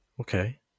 Okay